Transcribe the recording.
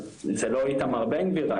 זה לא איתמר בן גביר,